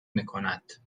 میکند